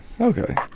Okay